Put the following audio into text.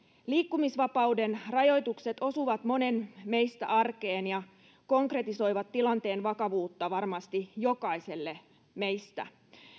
liikkumisvapauden rajoitukset osuvat meistä monen arkeen ja konkretisoivat tilanteen vakavuutta varmasti jokaiselle meistä